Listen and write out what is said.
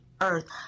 earth